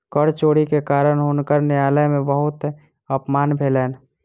कर चोरी के कारण हुनकर न्यायालय में बहुत अपमान भेलैन